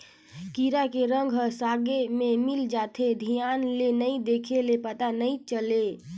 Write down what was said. कीरा के रंग ह सागे में मिल जाथे, धियान ले नइ देख ले पता नइ चले